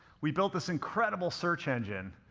we built this incredible search engine,